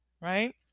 right